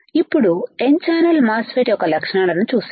ఇప్పుడు n channel MOSFET యొక్క లక్షణాలను చూద్దాం